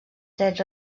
drets